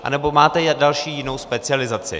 Anebo máte další, jinou specializaci.